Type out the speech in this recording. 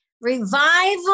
revival